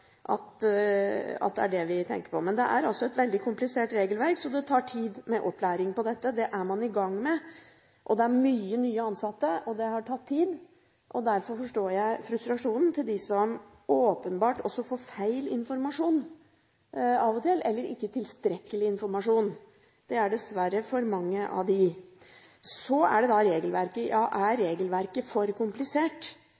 det er det vi tenker på. Men det er altså et veldig komplisert regelverk, så det tar tid med opplæring i dette. Det er man i gang med. Det er også mange nye ansatte, og det har tatt tid. Derfor forstår jeg frustrasjonen hos dem som åpenbart også får feil informasjon av og til eller ikke tilstrekkelig informasjon. Det er dessverre for mange av dem. Så er det regelverket. Er regelverket